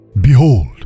behold